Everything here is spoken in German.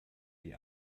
die